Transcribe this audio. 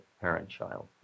parent-child